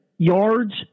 Yards